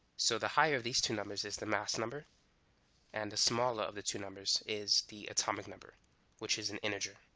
so the higher these two numbers is the mass number and the smaller of the two numbers is the atomic number which is an integer